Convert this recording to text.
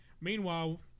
Meanwhile